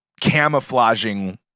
camouflaging